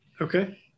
Okay